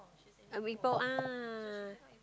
uh before ah